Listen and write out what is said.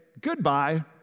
Goodbye